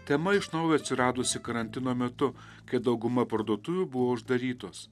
tema iš naujo atsiradusi karantino metu kai dauguma parduotuvių buvo uždarytos